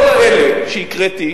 כל אלה שהקראתי